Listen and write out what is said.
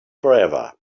forever